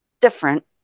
different